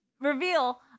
reveal